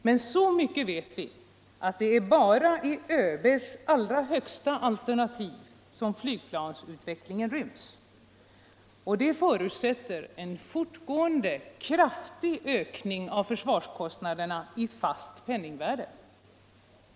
Men så mycket vet vi att det bara är i ÖB:s allra högsta alternativ som flygplansutvecklingen ryms. Och det förutsätter en fortgående kraftig ökning av försvarskostnaderna i fast penningvärde.